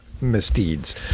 misdeeds